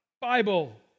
Bible